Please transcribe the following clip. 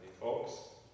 folks